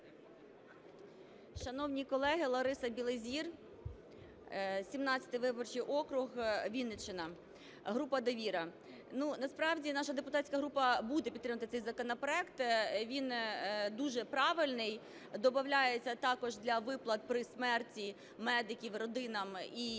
Шановні колеги, Лариса Білозір, 17-й виборчий округ, Вінниччина, група "Довіра". Насправді наша депутатська група буде підтримувати цей законопроект, він дуже правильний, добавляється також для виплат при смерті медиків родинам і при